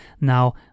now